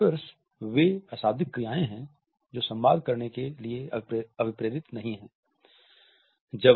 adopters वे अशाब्दिक क्रियाएं हैं जो संवाद करने के लिए अभिप्रेत नहीं हैं